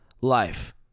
life